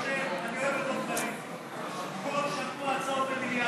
אני אוהב את דב חנין, כל שבוע הצעות במיליארדים.